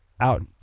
out